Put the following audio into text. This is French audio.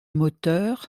moteur